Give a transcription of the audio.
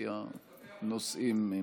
כי הנושאים הם,